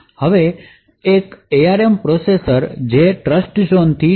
હવે એક એઆરએમ પ્રોસેસરમાં જે ટ્રસ્ટઝોનથી ટી